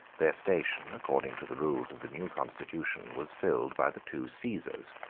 their station, according to the rules of the new constitution, was filled by the two caesars,